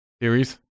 series